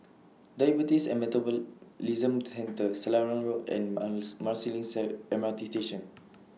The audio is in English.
Diabetes and Metabolism Centre Selarang Road and Mouth Marsiling Sir M R T Station